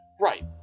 Right